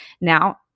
Now